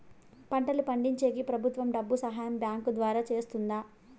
పంటలు పండించేకి ప్రభుత్వం డబ్బు సహాయం బ్యాంకు ద్వారా చేస్తుందా?